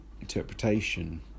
interpretation